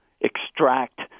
extract